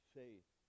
faith